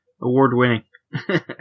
award-winning